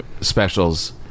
specials